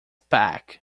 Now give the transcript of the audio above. pack